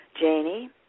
Janie